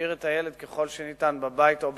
להשאיר את הילד ככל שניתן בבית או בקהילה,